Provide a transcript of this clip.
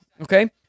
Okay